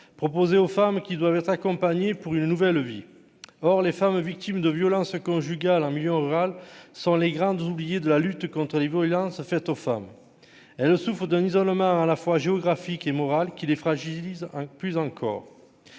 proposé aux femmes qui doivent être accompagnées pour une nouvelle vie, or les femmes victimes de violences conjugales en milieu rural sont les grandes oubliées de la lutte contre les violences faites aux femmes, elles souffrent d'un isolement à la fois géographique et moral qui les fragilise un plus encore